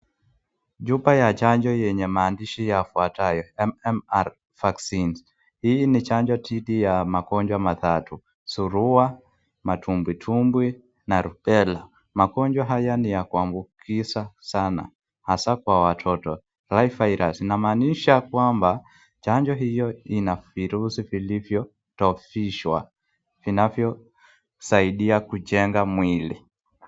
Chupa ya chanjo yenye maandishi yafuatayo: MMR vaccine. Hii ni chanjo dhidi ya magonjwa matatu: surua, matumbwitumbwi na rubella. Magonjwa haya ni ya kuambukiza sana, hasa kwa watoto. Live virus inamaanisha kwamba chanjo hiyo ina virusi vilivyodhofishwa vinavyosaidia kujenga mwili.